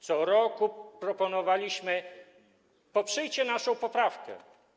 Co roku proponowaliśmy: poprzyjcie naszą poprawkę.